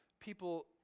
people